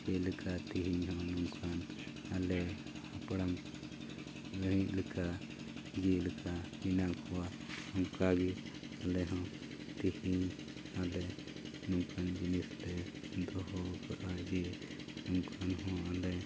ᱡᱮᱞᱮᱠᱟ ᱛᱮᱦᱮᱧ ᱦᱚᱸ ᱱᱚᱝᱠᱟᱱ ᱟᱞᱮ ᱦᱟᱯᱲᱟᱢ ᱠᱚ ᱞᱟᱹᱭᱮᱫ ᱞᱮᱠᱟ ᱡᱮᱞᱮᱠᱟ ᱦᱮᱱᱟᱜ ᱠᱚᱣᱟ ᱚᱱᱠᱟᱜᱮ ᱟᱞᱮ ᱦᱚᱸ ᱛᱮᱦᱮᱧ ᱟᱞᱮ ᱱᱚᱝᱠᱟᱱ ᱡᱤᱱᱤᱥ ᱞᱮ ᱫᱚᱦᱚ ᱠᱟᱜᱼᱟ ᱡᱮ ᱚᱱᱠᱟᱱ ᱦᱚᱸ ᱟᱞᱮ